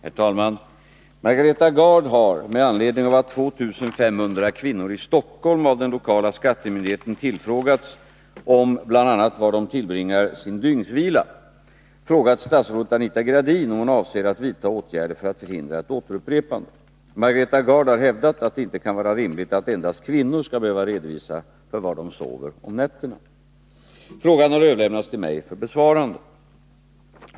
Herr talman! Margareta Gard har — med anledning av att 2 500 kvinnor i Stockholm av den lokala skattemyndigheten tillfrågats om bl.a. var de tillbringar sin dygnsvila — frågat statsrådet Anita Gradin om hon avser att vidta åtgärder för att förhindra ett återupprepande. Margareta Gard har hävdat att det inte kan vara rimligt att endast kvinnor skall behöva redovisa för var de sover om nätterna. Frågan har överlämnats till mig för besvarande.